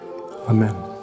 Amen